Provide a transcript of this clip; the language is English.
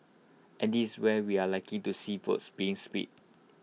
and this where we are likely to see votes being split